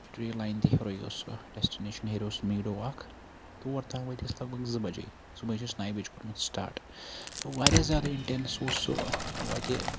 try line تہِ ہیورٕے اوس سُہ ڈیسٹِنشن ہیرِ اوس سُہ میٖڈو اکھ تور تام وٲتۍ أسۍ لگ بگ زٕ بَجے صبُحس اوس نَیہِ بَجہِ کوٚرمُت سٔٹاٹ تہٕ واریاہ زیادٕ اِنٹینٕس اوس سُہ وتہِ